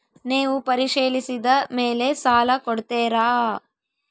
ನೇವು ಪರಿಶೇಲಿಸಿದ ಮೇಲೆ ಸಾಲ ಕೊಡ್ತೇರಾ?